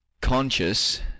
conscious